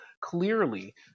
clearly